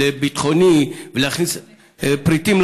הביטחוני והכנסת פריטים,